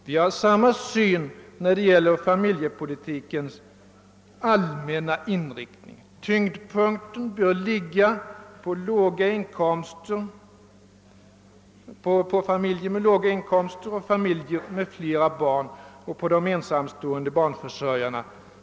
Vi har samma syn när det gäller familjepolitikens allmänna inriktning. Tyngdpunkten bör ligga på familjer med låga inkomster, familjer med flera barn och ensamstående barnförsörjare.